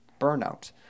burnout